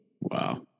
Wow